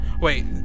Wait